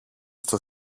στο